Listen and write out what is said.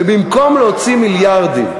ובמקום להוציא מיליארדים,